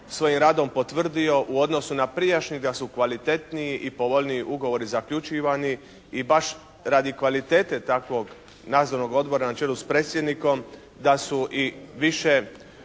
svojim radom potvrdio u odnosu na prijašnjega da su kvalitetniji i povoljniji ugovori zaključivani i baš radi kvalitete takvog Nadzornog odbora na čelu s predsjednikom da su i više